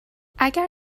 اگر